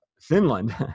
Finland